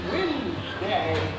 Wednesday